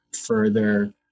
further